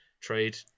trade